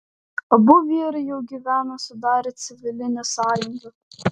abu vyrai jau gyveno sudarę civilinę sąjungą